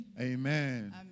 Amen